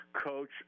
coach